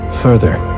further,